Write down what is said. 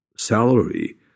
Salary